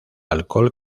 alcohol